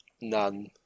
None